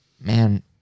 man